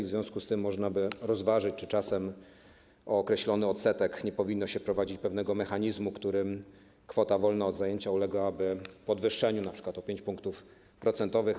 W związku z tym można by rozważyć, czy czasem o określony odsetek nie powinno się wprowadzić pewnego mechanizmu, w którym kwota wolna od zajęcia ulegałaby podwyższeniu np. o 5 punktów procentowych.